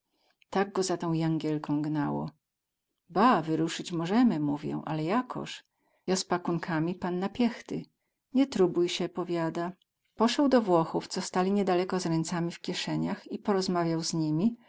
tak go za tą jangielką gnało ba wyrusyć mozemy mówię ale jakoz ja z pakunkami pan na piechty nie tróbuj sie powiada poseł do włochów co stali niedaleko z ręcami w kieseniach i porozmawiał z nimi